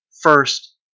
first